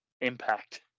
Impact